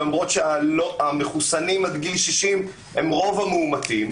למרות שהמחוסנים עד גיל 60 הם רוב המאומתים,